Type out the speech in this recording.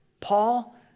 Paul